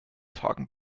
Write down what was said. tagen